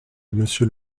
monsieur